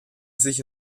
sich